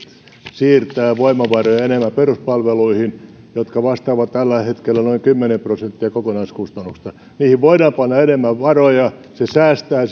siirtää voimavaroja enemmän peruspalveluihin jotka vastaavat tällä hetkellä noin kymmentä prosenttia kokonaiskustannuksista niihin voidaan panna enemmän varoja se säästää